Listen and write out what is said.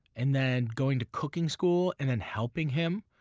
and then going to cooking school, and then helping him.